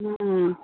ம்